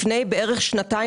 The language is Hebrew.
לפני בערך כשנתיים,